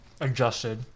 adjusted